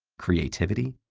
creativity,